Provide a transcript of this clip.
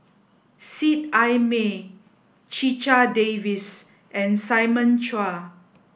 Seet Ai Mee Checha Davies and Simon Chua